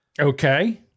Okay